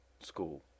School